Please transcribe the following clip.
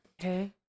Okay